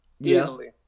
Easily